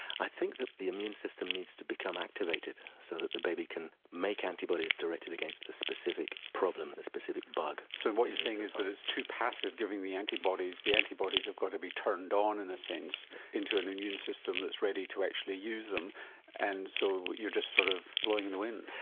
i think the the immune system needs to become activated so that the baby can make antibodies directed against this specific problem, this specific bug. so what you're saying is that it's too passive giving the antibodies, the antibodies have got to be turned on in a sense into an immune system that's ready to actually use them and so you're just sort of blowing in the wind?